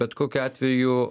bet kokiu atveju